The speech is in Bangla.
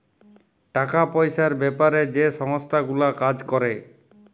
টাকা পয়সার বেপারে যে সংস্থা গুলা কাজ ক্যরে